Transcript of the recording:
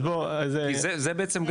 אז --- זה בעצם,